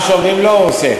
מה שאומרים לו הוא עושה.